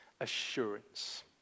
assurance